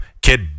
Kid